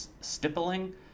stippling